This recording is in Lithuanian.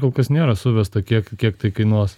kol kas nėra suvesta kiek kiek tai kainuos